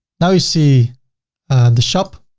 now you see the shop